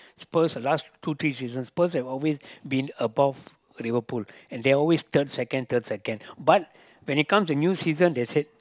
Spurs the last two three seasons Spurs is always been above Liverpool and they are always third second third second but when it comes to new season they say